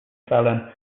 fallon